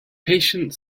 patient